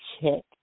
check